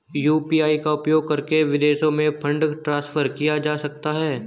UPI का उपयोग करके विदेशों में फंड ट्रांसफर किया जा सकता है?